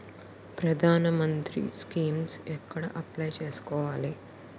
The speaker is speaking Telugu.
ప్రధాన మంత్రి స్కీమ్స్ ఎక్కడ అప్లయ్ చేసుకోవాలి?